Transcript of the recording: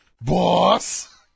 boss